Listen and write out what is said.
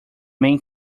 main